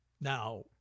Now